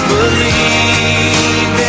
Believe